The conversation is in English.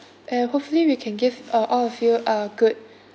and hopefully we can give uh all of you a good